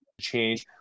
change